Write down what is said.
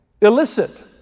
illicit